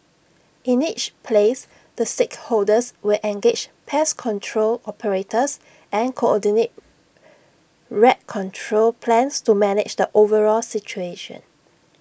in each place the stakeholders will engage pest control operators and coordinate rat control plans to manage the overall situation